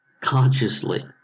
consciously